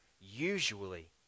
usually